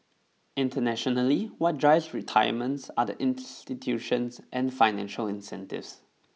internationally what drives retirements are the institutions and financial incentives